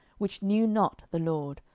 which knew not the lord,